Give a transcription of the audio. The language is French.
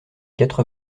quatre